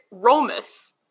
Romus